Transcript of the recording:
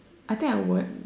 I think I would